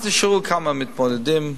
אז נשארו כמה מתמודדים,